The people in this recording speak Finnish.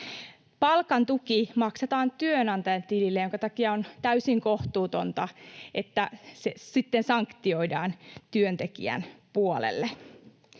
Palkan tuki maksetaan työnantajan tilille, minkä takia on täysin kohtuutonta, että se sitten sanktioidaan työntekijän puolelle.